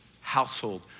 household